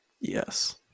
Yes